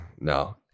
no